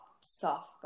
soft